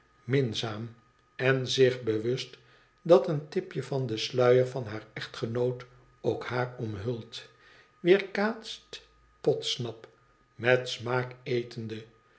minzaam en zich bewust dat een tipje van den sluier van baar echtgenoot ook haar omhult weerkaatst podsnap met smaak etende